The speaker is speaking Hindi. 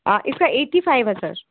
आ इसका एट्टी फाइव है सर